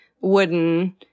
wooden